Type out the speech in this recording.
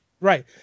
Right